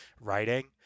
writing